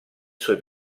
suoi